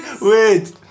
wait